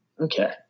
Okay